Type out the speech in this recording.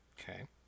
Okay